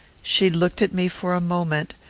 she looked at me for a moment,